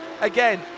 Again